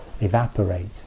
evaporate